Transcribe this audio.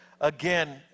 again